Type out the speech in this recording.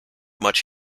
much